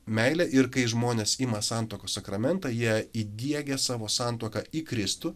meilė ir kai žmonės ima santuokos sakramentą jie įdiegia savo santuoką į kristų